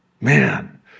man